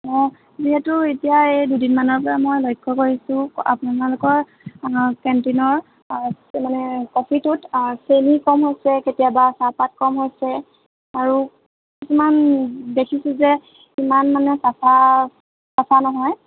অঁ যিহেতু এতিয়া এই দুদিনমানৰ পৰা মই লক্ষ্য় কৰিছোঁ আপোনালোকৰ কেণ্টিনৰ মানে কফিটোত চেনি কম হৈছে কেতিয়াবা চাহপাত কাম হৈছে আৰু কিছুমান দেখিছোঁ যে ইমান মানে চাফা চাফা নহয়